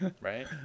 Right